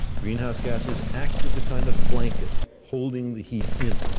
greenhouse gases act as a kind of blanket holding the heat in.